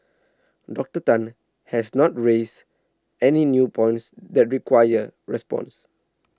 Doctor Tan has not raised any new points that require response